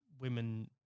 women